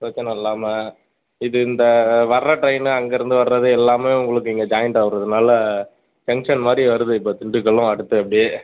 பிரச்சனை இல்லாமல் இது இந்த வர்ற ட்ரெயின்னு அங்கேருந்து வர்றது எல்லாமே உங்களுக்கு இங்கே ஜாயிண்ட் ஆகுறதுனால ஜங்க்ஷன் மாதிரி வருது இப்போ திண்டுக்கலும் அடுத்து அப்படியே